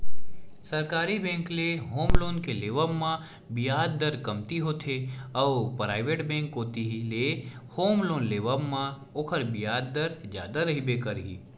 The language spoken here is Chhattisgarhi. सरकारी बेंक ले होम लोन के लेवब म बियाज दर कमती होथे अउ पराइवेट बेंक कोती ले होम लोन लेवब म ओखर बियाज दर जादा रहिबे करही